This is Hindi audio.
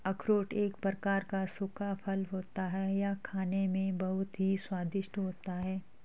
अखरोट एक प्रकार का सूखा फल होता है यह खाने में बहुत ही स्वादिष्ट होता है